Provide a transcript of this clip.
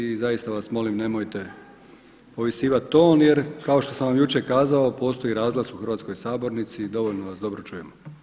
I zaista vas molim nemojte povisivati ton jer kao što sam vam jučer kazao postoji razglas u hrvatskoj sabornici i dovoljno vas dobro čujemo.